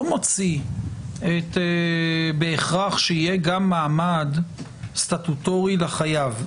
מוציא בהכרח שיהיה גם מעמד סטטוטורי לחייב.